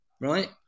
Right